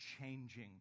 changing